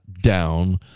down